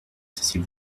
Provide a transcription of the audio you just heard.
s’il